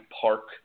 park